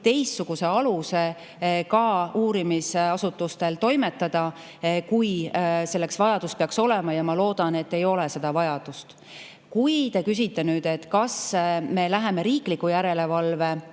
teistsuguse aluse ka uurimisasutustel toimetada, kui selleks peaks vajadus olema. Ma loodan, et ei ole seda vajadust. Kui te küsite, kas me läheme riikliku järelevalve